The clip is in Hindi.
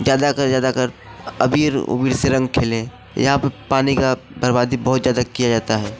ज़्यादातर ज़्यादातर अबीर उबीर से रंग खेलें यहाँ पर पानी की बर्बादी बहुत ज़्यादा किया जाता है